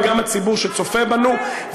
וגם הציבור שצופה בנו,